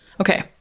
Okay